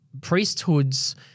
priesthoods